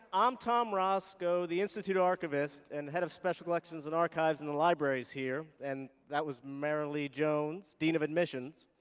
i'm tom rosko, the institute archivist and head of special lectures and archives in the libraries here. and that was marilee jones, dean of admissions.